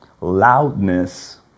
loudness